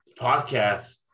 podcast